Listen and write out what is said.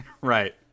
right